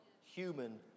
human